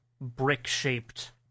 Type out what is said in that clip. brick-shaped